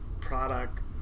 product